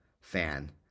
fan